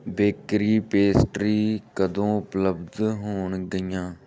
bakery pastry ਕਦੋਂ ਉਪਲੱਬਧ ਹੋਣ ਗਈਆਂ